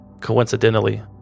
Coincidentally